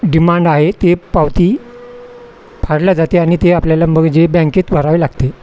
demand आहे ते पावती फाडल्या जाते आणि ते आपल्याला मग जे बँकेत भरावे लागते